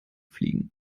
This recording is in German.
fliegen